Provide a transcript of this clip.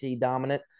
dominant